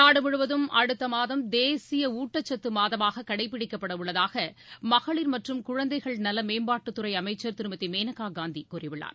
நாடுமுழுவதும் அடுத்தமாதம் தேசியஊட்டச்சத்துமாதமாககடைப்பிடிக்கப்படஉள்ளதாகமகளிர் மற்றும் குழந்தைகள் நலமேம்பாட்டுத்துறைஅமைச்சர் திருமதிமேனகாகாந்திகூறியுள்ளார்